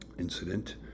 incident